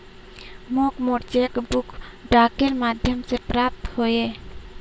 मोक मोर cheque book डाकेर माध्यम से प्राप्त होइए